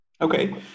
okay